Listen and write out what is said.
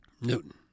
Newton